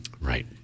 right